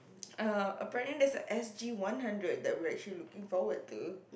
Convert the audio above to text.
err apparently there's a S_G one hundred that we are actually looking forward to